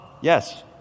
yes